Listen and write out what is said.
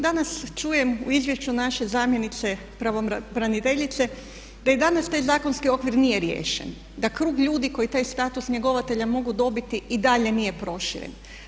Danas čujem u izvješću naše zamjenice pravobraniteljice da i danas taj zakonski okvir nije riješen, da krug ljudi kaj status njegovatelja mogu dobiti i dalje nije proširen.